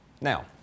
Now